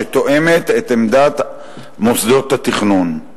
שתואמת את עמדת מוסדות התכנון.